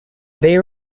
they